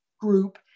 group